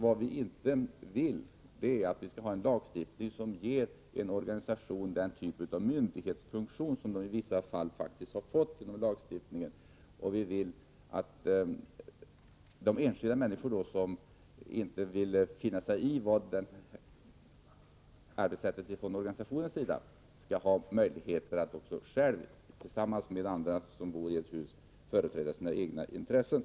Vad vi i centern inte vill ha är en lagstiftning som ger en organisation den typ av myndighetsfunktion som i vissa fall blivit följden av lagstiftningen. Vi vill att de enskilda människor som inte kan finna sig i organisationens arbetssätt skall få möjlighet att själva, eller tillsammans med andra som bor i samma hus, företräda sina egna intressen.